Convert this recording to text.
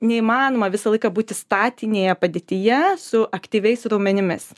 neįmanoma visą laiką būti statinėje padėtyje su aktyviais raumenimis